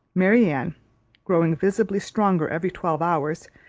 marianne growing visibly stronger every twelve hours,